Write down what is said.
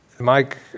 Mike